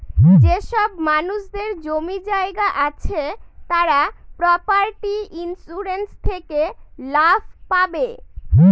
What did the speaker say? যেসব মানুষদের জমি জায়গা আছে তারা প্রপার্টি ইন্সুরেন্স থেকে লাভ পাবে